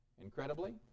Incredibly